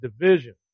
division